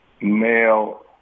male